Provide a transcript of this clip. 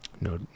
No